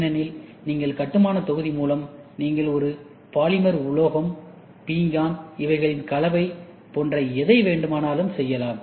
ஏனெனில் நீங்கள் கட்டுமான தொகுதி மூலம் நீங்கள் ஒரு பாலிமர் உலோகம் பீங்கான் இவைகளின் கலவை போன்ற எதை வேண்டுமானாலும் செய்யலாம்